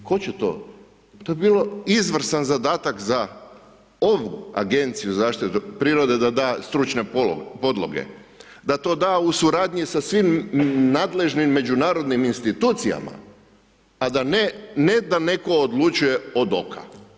Tko će to? to bi bio izvrstan zadatak za ovu Agenciju za zaštitu prirode da da stručne podloge, da to da u suradnji sa nadležnim međunarodnim institucijama a ne da netko odlučuje od oka.